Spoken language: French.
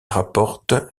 rapporte